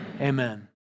amen